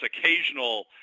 occasional